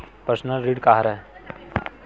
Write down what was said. Personal ऋण का हरय?